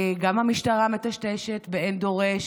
גם המשטרה מטשטשת באין דורש,